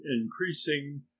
increasing